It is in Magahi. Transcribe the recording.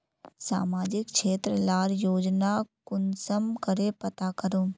सामाजिक क्षेत्र लार योजना कुंसम करे पता करूम?